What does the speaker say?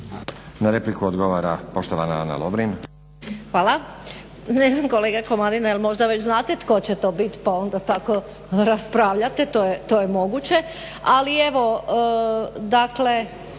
Na repliku odgovara poštovana Ana Lovrin.